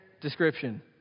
description